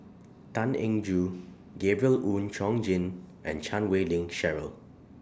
Tan Eng Joo Gabriel Oon Chong Jin and Chan Wei Ling Cheryl